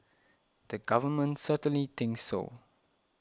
the government certainly thinks so